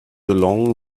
along